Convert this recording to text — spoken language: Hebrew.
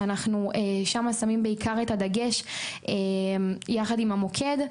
שאנחנו שם שמים בעיקר את הדגש יחד עם המוקד.